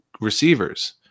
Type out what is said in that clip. receivers